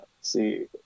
see